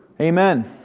Amen